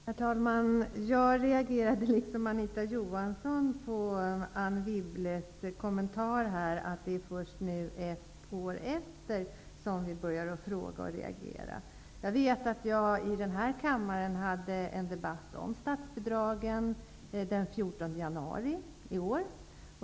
Herr talman! Jag reagerade, liksom Anita Johansson, på Anne Wibbles kommentar om att vi börjar fråga och reagera först efter ett år. Jag hade en debatt om statsbidragen här i kammaren den 14 januari i år.